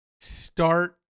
start